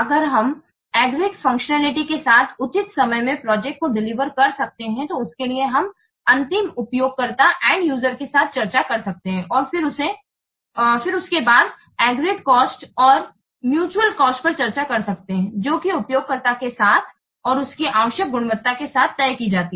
अगर हम agreed functionality के साथ उचित समय में प्रोजेक्ट को डिलीवर कर सकते हैं तो उसके लिए हम एन्ड यूजर के साथ चर्चा कर सकते है और फिर उसके बाद सहमत लागत एग्रीड कॉस्ट और म्यूच्यूअल कॉस्ट पर चर्चा कर सकते है जो की यूजर के साथ और उसकी आवश्यक गुणवत्ता के साथ तय की जाती है